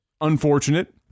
unfortunate